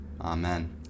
Amen